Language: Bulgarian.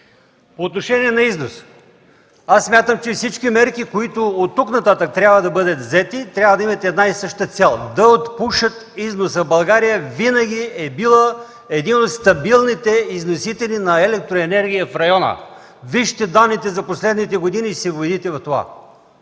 По отношение на износа смятам, че всички мерки, които оттук нататък трябва да бъдат взети, трябва да имат една и съща цел – да отпушат износа. България винаги е била един от стабилните износители на електроенергия в района – вижте данните за последните години и ще го видите.